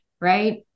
right